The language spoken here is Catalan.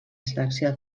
selecció